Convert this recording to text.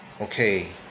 okay